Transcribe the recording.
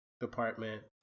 Department